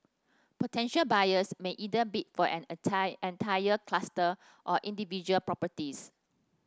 potential buyers may either bid for an entire cluster or individual properties